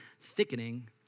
thickening